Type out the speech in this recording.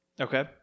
okay